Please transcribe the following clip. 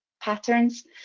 patterns